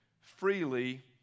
freely